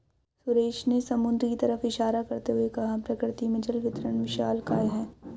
सुरेश ने समुद्र की तरफ इशारा करते हुए कहा प्रकृति में जल वितरण विशालकाय है